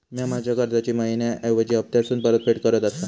म्या माझ्या कर्जाची मैहिना ऐवजी हप्तासून परतफेड करत आसा